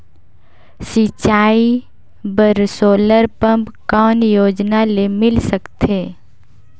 सिंचाई बर solar pump कौन योजना ले मिल सकथे?